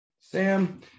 Sam